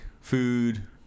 food